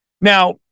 Now